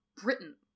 Britain